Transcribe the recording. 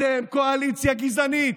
אתם קואליציה גזענית.